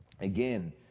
Again